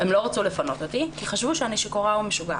הם לא רצו לפנות אותי כי חשבו שאני שיכורה או משוגעת.